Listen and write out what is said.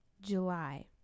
july